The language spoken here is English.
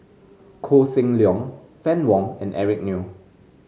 Koh Seng Leong Fann Wong and Eric Neo